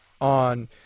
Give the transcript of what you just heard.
on